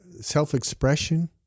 self-expression